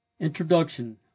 Introduction